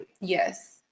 Yes